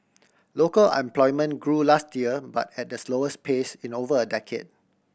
local employment grew last year but at the slowest pace in over a decade